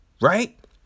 Right